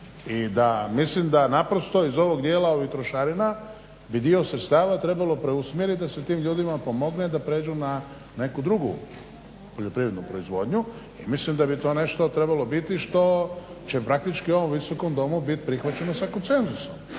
I da, mislim da naprosto iz ovog dijela ovih trošarina bi dio sredstava trebalo preusmjeriti da se tim ljudima pomogne da prijeđu na neku drugu poljoprivrednu proizvodnju i mislim da bi to nešto trebalo biti što će praktički u ovom Visokom domu bit prihvaćeno sa konsenzusom.